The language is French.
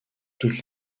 toutes